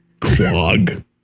Quag